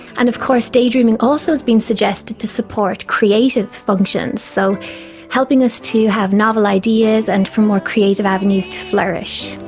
and of course daydreaming also has been suggested to support creative functions. so helping us to have novel ideas and for more creative avenues to flourish.